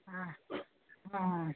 ಹಾಂ ಹಾಂ